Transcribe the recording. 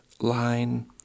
line